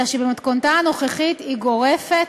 אלא שבמתכונתה הנוכחית היא גורפת,